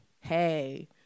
hey